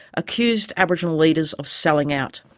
accused aboriginal leaders of selling out.